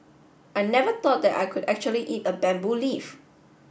I never thought that I could actually eat a bamboo leaf